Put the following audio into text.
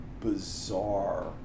bizarre